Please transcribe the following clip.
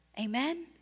Amen